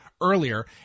earlier